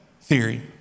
theory